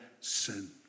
sin